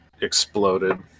exploded